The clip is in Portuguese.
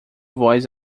voz